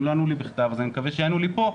אם לא ענו לי בכתב אז אני מקווה שהם יענו לי פה,